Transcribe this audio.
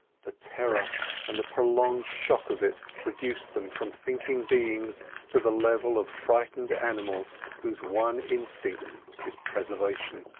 the terror and the prolonged shock of it reduced them from thinking beings to the level of frightened animals whose one instinct is preservation.